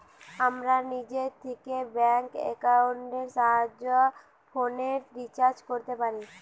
আমরা নিজে থিকে ব্যাঙ্ক একাউন্টের সাহায্যে ফোনের রিচার্জ কোরতে পারি